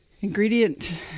ingredient